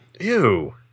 Ew